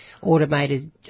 automated